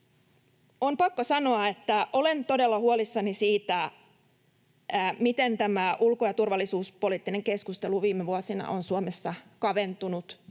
on pakko sanoa, että olen todella huolissani siitä, miten tämä ulko‑ ja turvallisuuspoliittinen keskustelu viime vuosina on Suomessa kaventunut